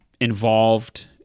involved